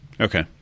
Okay